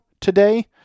today